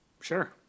sure